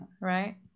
right